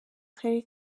karere